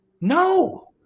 No